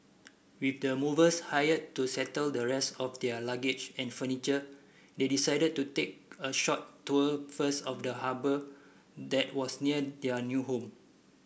with the movers hired to settle the rest of their luggage and furniture they decided to take a short tour first of the harbour that was near their new home